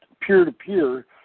peer-to-peer